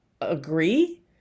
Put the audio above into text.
agree